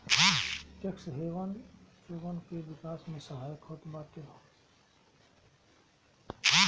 tax haven लोगन के विकास में सहायक होत बाटे